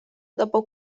dopo